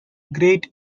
great